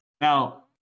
Now